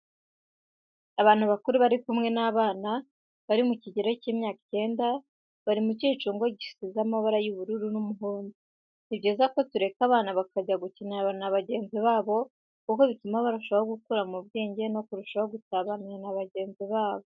Abantu bakuru bari kumwe n'abana bari mu kigero cy'imyaka icyenda, bari mu cyicungo gisize amabara y'ubururun'umuhondo. Ni byiza ko tureka abana bakajya gukina na bagenzi babo kuko bituma barushaho gukura mu bwenge no kurushaho gusabana na bagenzi babo.